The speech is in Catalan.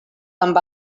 amb